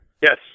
Yes